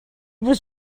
was